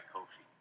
Kofi